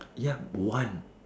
yup one